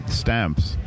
stamps